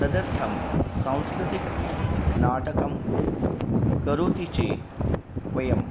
तदर्थं संस्कृतिकं नाटकं करोति चेत् वयम्